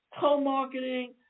co-marketing